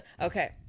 okay